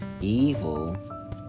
evil